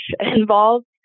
involved